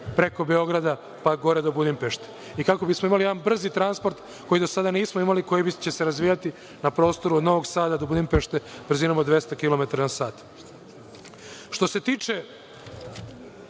preko Beograda, pa gore do Budimpešte i kako bismo imali jedan brzi transport, koji do sada nismo imali, a koji će se razvijati na prostoru od Novog Sada do Budimpešte brzinom od 200 kilometara